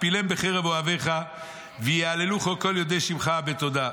הפילם בחרב אוהביך ויהללוך כל יודע שמך בתודה,